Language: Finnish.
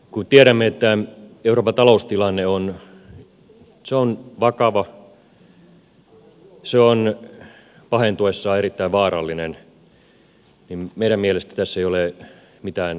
kun tiedämme että euroopan taloustilanne on vakava se on pahentuessaan erittäin vaarallinen niin meidän mielestämme tässä ei ole mitään vitsikästä